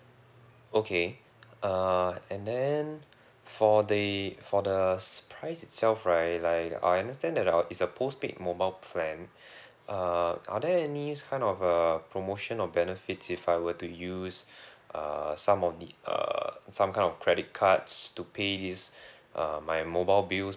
okay uh and then for the for the price itself right like I understand that uh it's a postpaid mobile plan uh are there any kind of uh promotion or benefits if I were to use uh some of the uh some kind of credit cards to pay this uh my mobile bills